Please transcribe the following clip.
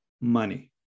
money